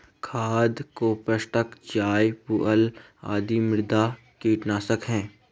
खाद, कंपोस्ट चाय, पुआल आदि मृदा कंडीशनर है